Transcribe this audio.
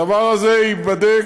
הדבר הזה ייבדק.